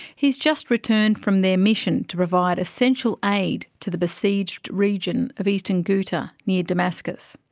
he'd just returned from their mission to provide essential aid to the besieged region of eastern ghouta near damascus.